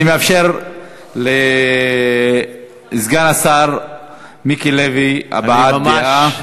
אני מאפשר לסגן השר מיקי לוי הבעת דעה.